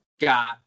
got